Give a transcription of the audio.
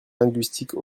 linguistique